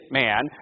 man